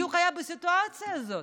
בדיוק היה בסיטואציה הזאת.